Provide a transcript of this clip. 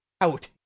out